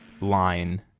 line